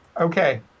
Okay